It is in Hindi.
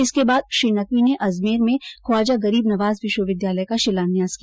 इसके बाद श्री नकवी ने अजमेर में ख्वाजा गरीब नवाज विश्वविद्यालय का शिलान्यास भी किया